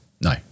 No